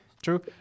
True